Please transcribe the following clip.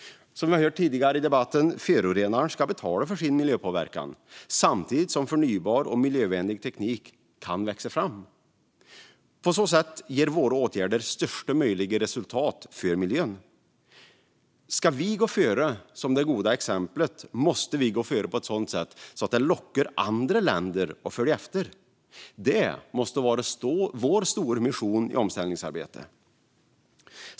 Som vi har hört tidigare i debatten ska förorenaren betala för sin miljöpåverkan samtidigt som förnybar och miljövänlig teknik kan växa fram. På så sätt ger våra åtgärder största möjliga resultat för miljön. Om vi ska gå före som det goda exemplet måste vi gå före på ett sådant sätt att det lockar andra länder att följa efter. Det måste vara vår stora mission i omställningsarbetet.